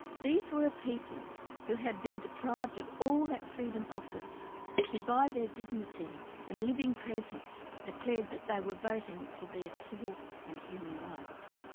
these were a people who had been deprived of all that freedom offers who by their dignity and living presence declared that they were voting for their ah civil and human rights.